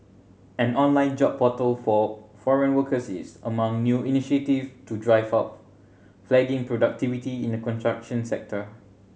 an online job portal for foreign workers is among new initiatives to drive of flagging productivity in the construction sector